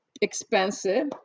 expensive